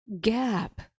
gap